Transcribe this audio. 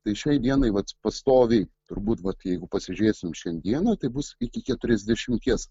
tai šiai dienai vat pastoviai turbūt vat jeigu pasižiūrėsim šiandieną tai bus iki keturiasdešimties